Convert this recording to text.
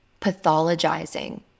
pathologizing